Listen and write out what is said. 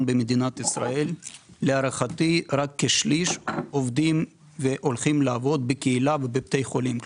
במדינת ישראל רק כשליש הולכים לעבוד בקהילה ובבתי חולים,